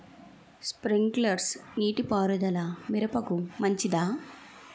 Sprinkler నీటిపారుదల మిరపకు మంచిదా?